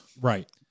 right